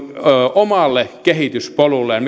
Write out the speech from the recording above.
omalle kehityspolulleen